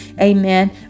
amen